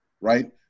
right